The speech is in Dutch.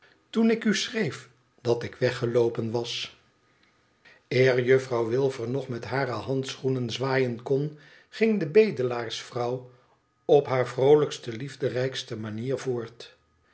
toen ik u schreef dat ik weggeloopen was eer juffrouw wilfer nog met hare handschoenen zwaaien kon ging de bedelaarsvrouw op hare vroolijkste liefderijkste manier voort